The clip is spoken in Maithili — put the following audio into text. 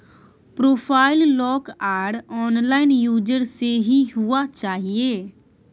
प्रोफाइल लॉक आर अनलॉक यूजर से ही हुआ चाहिए